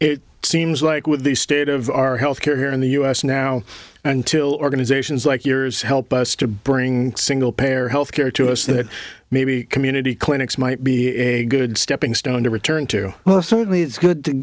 it seems like with the state of our health care here in the u s now until organizations like yours help us to bring single payer health care to us that maybe community clinics might be a good stepping stone to returning to well certainly it's good to